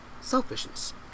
selfishness